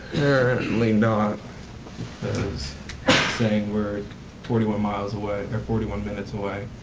apparently not it's saying were forty one miles away or forty one minutes away